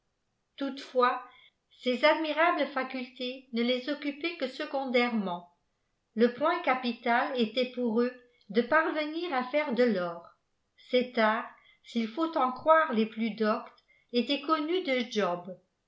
toutefois ces admirawes facultés ne les occupaient que secondairement le point capital était pour eux de parvenir à faire de l'or cet art s'il faut en croire les plus doctes était connu de jobr